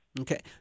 Okay